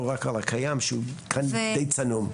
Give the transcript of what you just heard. לא רק על הקיים שהוא די צנום.